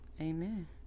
Amen